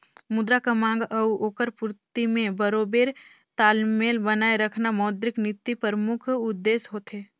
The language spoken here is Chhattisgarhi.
मुद्रा कर मांग अउ ओकर पूरती में बरोबेर तालमेल बनाए रखना मौद्रिक नीति परमुख उद्देस होथे